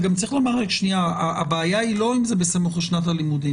אבל גם צריך לומר שהבעיה היא לא אם זה בסמוך לשנת הלימודים,